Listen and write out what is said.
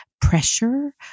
pressure